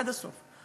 עד הסוף.